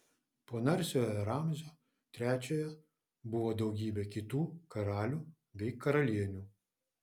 po narsiojo ramzio trečiojo buvo daugybė kitų karalių bei karalienių